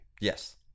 Yes